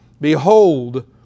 Behold